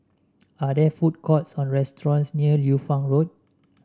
are there food courts or restaurants near Liu Fang Road